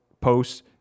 posts